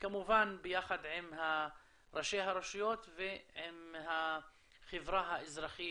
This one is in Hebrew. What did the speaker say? וכמובן ביחד עם ראשי הרשויות ועם החברה האזרחית,